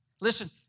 Listen